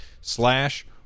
slash